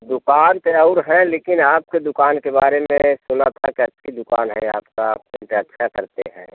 दुकान तो और है लेकिन आपकी दुकान के बारे में सुना था कि अच्छी दुकान है आपका आप प्रिंट अच्छा करते हैं